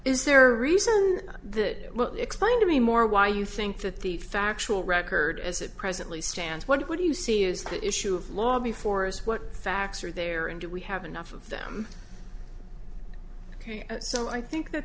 is there a reason that explain to me more why you think that the factual record as it presently stands what do you see is the issue of law before is what facts are there and do we have enough of them so i think that